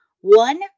One